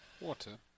Water